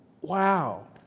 wow